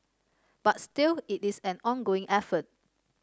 but still it is an ongoing effort